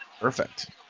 Perfect